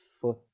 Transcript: foot